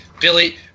Billy